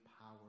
power